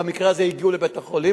במקרה הזה הגיעו לבית-החולים,